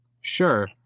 Sure